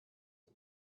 and